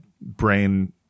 brain